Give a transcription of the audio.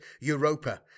Europa